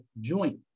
joint